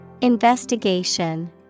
Investigation